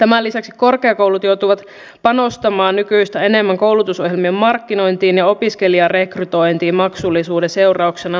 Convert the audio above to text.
tämän lisäksi korkeakoulut joutuvat panostamaan nykyistä enemmän koulutusohjelmien markkinointiin ja opiskelijarekrytointiin maksullisuuden seurauksena